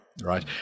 right